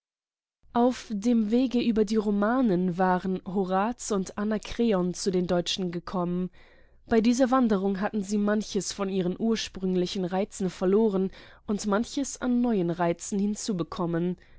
auf dem wege über die romanen waren horaz und anakreon zu den deutschen gekommen bei dieser wanderung hatten sie manches von ihren ursprünglichen reizen verloren und manches an neuen reizen hinzubekommen